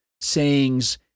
sayings